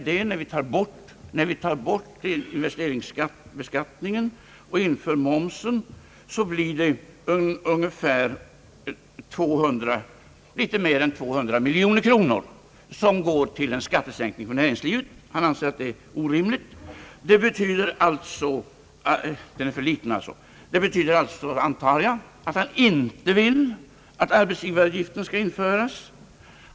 Den innebär ju att när vi tar bort investeringsskatten och inför momsen, så blir det litet mer än 200 miljoner kronor som går till en skattesänkning för näringslivet. Han anser att skattesänkningen är för liten. Det betyder alltså, antar jag, att han inte vill att arbetsgivaravgiften skall införas.